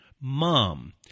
mom